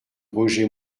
roger